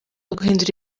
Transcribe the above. guhindura